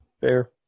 Fair